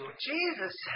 Jesus